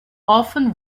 often